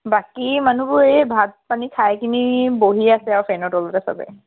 বাকী মানুহবোৰ এই ভাত পানী খাই কিনি বহি আছে ফেনৰ তলতে সবেই